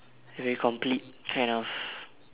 very complete kind of